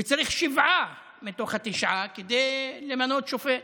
וצריך שבעה מתוך התשעה כדי למנות שופט.